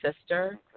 sister